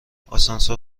آسانسور